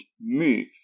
move